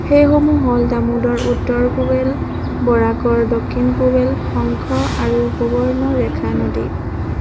সেইসমূহ হ'ল দামোদৰ উত্তৰ কোৱেল বৰাকৰ দক্ষিণ কোৱেল শংখ আৰু সুবৰ্ণৰেখা নদী